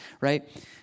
right